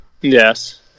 Yes